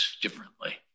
differently